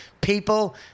people